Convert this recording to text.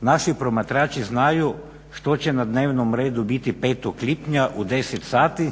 naši promatrači znaju što će na dnevnom redu biti 5. lipnja u 10 sati,